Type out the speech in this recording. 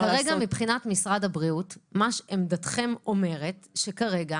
אז כרגע מבחינת משרד הבריאות, עמדתכם אומרת שכרגע